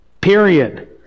period